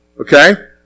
Okay